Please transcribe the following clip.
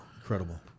incredible